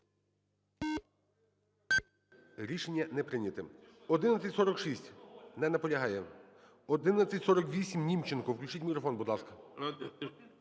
Рішення не прийнято. 1146. Не наполягає. 1148, Німченко. Включіть мікрофон, будь ласка.